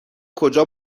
کجا